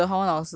who's that